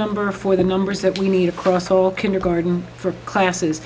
number for the numbers that we need across all kindergarten for classes